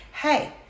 hey